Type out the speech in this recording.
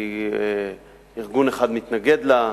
ארגון אחד מתנגד לה,